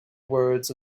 words